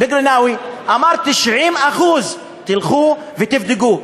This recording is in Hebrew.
הוא אמר: 90%. תלכו ותבדקו.